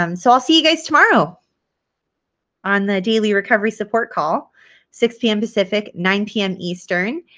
um so i'll see you guys tomorrow on the daily recovery support call six pm pacific nine pm eastern